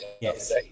Yes